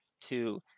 two